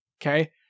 Okay